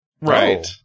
Right